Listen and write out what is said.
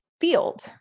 Field